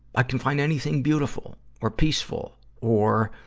i can find anything beautiful or peaceful or,